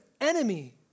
enemy